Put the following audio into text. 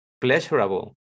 pleasurable